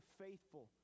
faithful